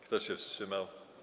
Kto się wstrzymał?